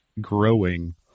growing